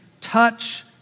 touch